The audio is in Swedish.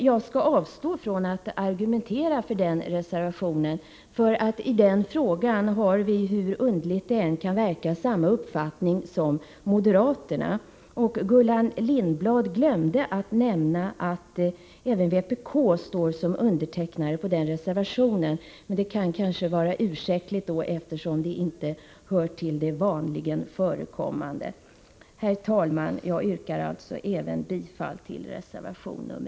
Jag avstår dock från att argumentera för den reservationen, eftersom vi i denna fråga — hur underligt det än kan synas — har samma uppfattning som moderaterna. Gullan Lindblad glömde att nämna att även jag undertecknat reservation nr 1. Men det kan vara ursäktligt, eftersom det inte är något vanligen förekommande.